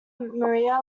maria